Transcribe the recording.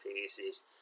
pieces